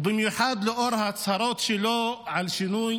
ובמיוחד לאור ההצהרות שלו על שינוי